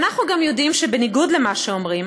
ואנחנו גם יודעים שבניגוד למה שאומרים,